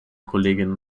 kolleginnen